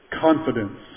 confidence